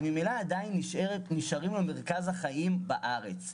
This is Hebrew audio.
ממילא מרכז החיים שלו נשאר בארץ,